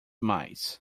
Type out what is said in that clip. mais